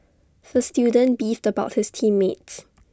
the student beefed about his team mates